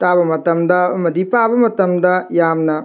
ꯇꯥꯕ ꯃꯇꯝꯗ ꯑꯃꯗꯤ ꯄꯥꯕ ꯃꯇꯝꯗ ꯌꯥꯝꯅ